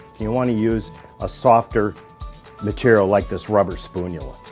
you want to use a softer material, like this rubber spoonula,